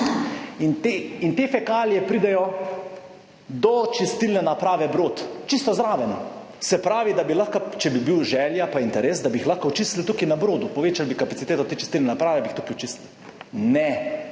in te fekalije pridejo do čistilne naprave Brod, čisto zraven. Se pravi, da bi lahko, če bi bil želja pa interes, da bi jih lahko očistili tukaj na Brodu, povečali bi kapaciteto te čistilne naprave, bi jih tukaj očistili. Ne,